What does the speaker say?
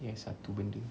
yes satu benda